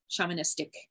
shamanistic